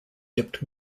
dipped